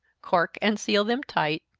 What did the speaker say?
cork and seal them tight,